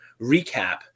recap